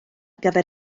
gyfer